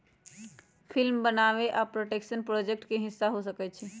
film बनाबे आ production project के हिस्सा हो सकइ छइ